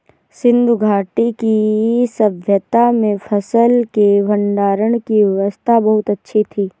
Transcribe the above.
सिंधु घाटी की सभय्ता में फसल के भंडारण की व्यवस्था बहुत अच्छी थी